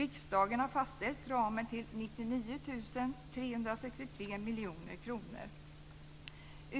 Riksdagen har fastställt ramen till 99 363 miljoner kronor.